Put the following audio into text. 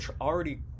already